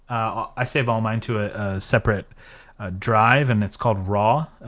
i save all mine to a separate drive and it's called raw.